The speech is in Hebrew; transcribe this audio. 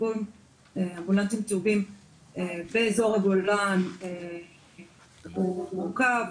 אמבולנסים צהובים באזור הגולן הוא מורכב,